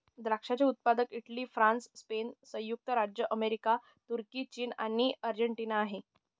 द्राक्षाचे उत्पादक Italy, France, Spain, संयुक्त राज्य अमेरिका, तुर्की, चीन आणि अर्जेंटिना आहे